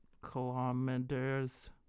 kilometers